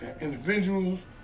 individuals